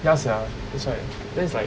ya sia that's why then is like